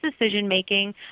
decision-making